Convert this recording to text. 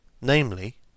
namely